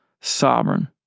sovereign